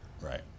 Right